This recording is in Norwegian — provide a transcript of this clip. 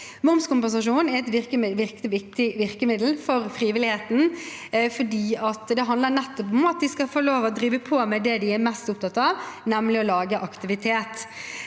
Momskompensasjonen er et viktig virkemiddel for frivilligheten. Det handler nettopp om at de skal få lov til å drive med det de er mest opptatt av, nemlig å lage aktivitet.